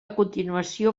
continuació